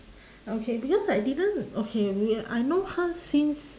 okay because I didn't okay we I know her since